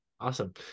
Awesome